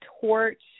torch